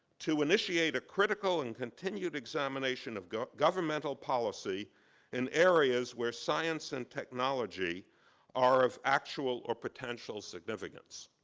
to initiate a critical and continued examination of governmental policy in areas where science and technology are of actual or potential significance.